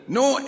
no